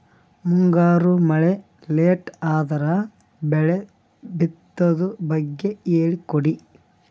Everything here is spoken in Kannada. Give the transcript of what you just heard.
ಮುಂಗಾರು ಮಳೆ ಲೇಟ್ ಅದರ ಬೆಳೆ ಬಿತದು ಬಗ್ಗೆ ಹೇಳಿ ಕೊಡಿ?